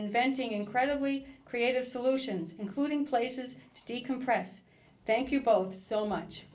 inventing incredibly creative solutions including places to decompress thank you both so much